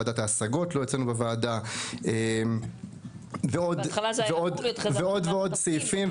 ועדת השגות לא אצלנו בוועדה ועוד ועוד סעיפים.